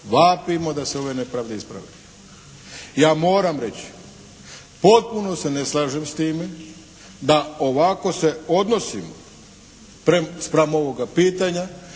vapimo da se ove nepravde isprave. Ja moram reći potpuno se ne slažem s time, da ovako se odnosimo spram ovoga pitanja